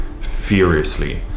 furiously